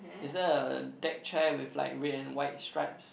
is there a deck chair with like red and white stripes